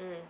mm